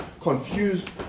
confused